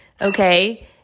okay